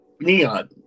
Neon